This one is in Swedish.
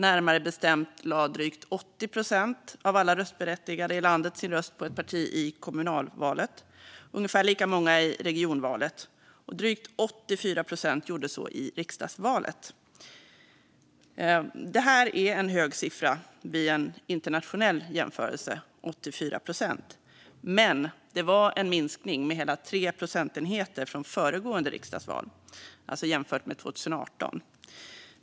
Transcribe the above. Närmare bestämt lade drygt 80 procent av alla röstberättigade i landet sin röst på ett parti i kommunvalet, och ungefär lika många gjorde det i regionvalet. Drygt 84 procent gjorde så i riksdagsvalet, vilket är en hög siffra vid en internationell jämförelse. Det var dock en minskning med hela 3 procentenheter från föregående riksdagsval, alltså jämfört med 2018.